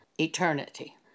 eternity